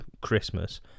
Christmas